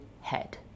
head